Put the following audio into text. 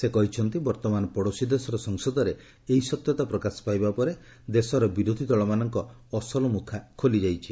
ସେ କହିଛନ୍ତି ବର୍ତ୍ତମାନ ପଡୋଶୀ ଦେଶର ସଂସଦରେ ଏହି ସତ୍ୟତା ପ୍ରକାଶ ପାଇବା ପରେ ଦେଶର ବିରୋଧୀ ଦଳମାନଙ୍କ ଅସଲ ମୁଖା ଖୋଲିଯାଇଛି